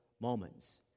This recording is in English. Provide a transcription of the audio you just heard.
moments